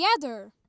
together